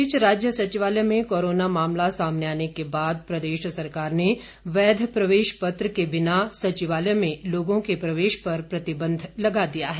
इस बीच राज्य सचिवालय में कोरोना मामला सामने आने के बाद प्रदेश सरकार ने वैध प्रवेश पत्र के बिना सचिवालय में लोगों के प्रवेश पर प्रतिबंध लगा दिया है